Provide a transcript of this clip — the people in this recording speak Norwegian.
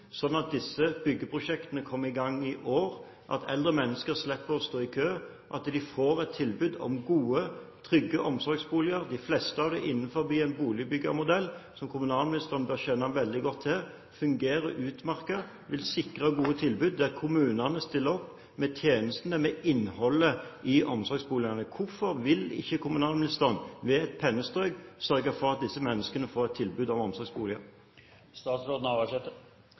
at disse byggeprosjektene kommer i gang i år, slik at eldre mennesker skal slippe å stå i kø, slik at de skal få et tilbud om gode, trygge omsorgsboliger – de fleste av dem innenfor en boligbyggemodell som kommunalministeren bør kjenne veldig godt til fungerer utmerket og vil sikre gode tilbud der kommunene stiller opp med tjenestene, med innholdet, i omsorgsboligene. Hvorfor vil ikke kommunalministeren med et pennestrøk sørge for at disse menneskene får et tilbud om